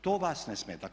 To vas ne smeta.